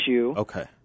Okay